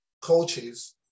coaches